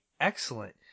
excellent